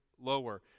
lower